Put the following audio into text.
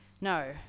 No